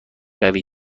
قوی